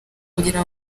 kugira